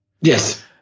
Yes